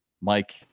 Mike